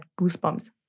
goosebumps